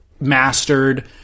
mastered